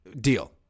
deal